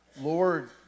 Lord